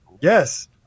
Yes